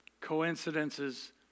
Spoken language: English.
coincidences